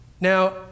Now